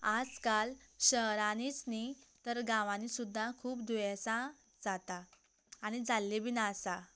आयज काल शहरांनीच न्हय तर गांवांनी सुद्दां खूब दुयेंसां जातात आनी जाल्ले बी आसात